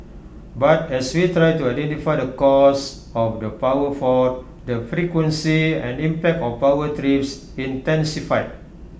but as we tried to identify the cause of the power fault the frequency and impact of power trips intensified